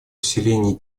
усилении